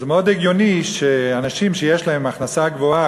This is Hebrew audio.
מאוד הגיוני שאנשים שיש להם הכנסה גבוהה,